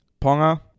Ponga